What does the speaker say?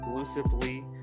exclusively